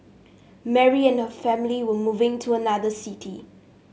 Mary and her family were moving to another city